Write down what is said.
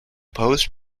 post